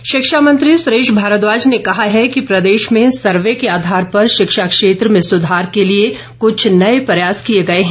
भारद्वाज शिक्षा मंत्री सुरेश भारद्वाज ने कहा है कि प्रदेश में सर्वे के आधार पर शिक्षा क्षेत्र में सुधार के लिए कुछ नए प्रयास किए गए हैं